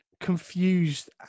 confused